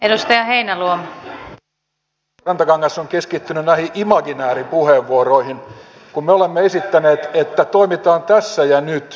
edustaja rantakangas on keskittynyt näihin imaginääripuheenvuoroihin kun me olemme esittäneet että toimitaan tässä ja nyt